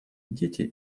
дети